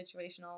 situational